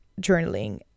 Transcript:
journaling